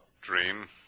Dream